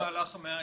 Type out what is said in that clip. שמי דודו מלכא,